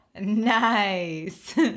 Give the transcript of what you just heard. Nice